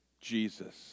Jesus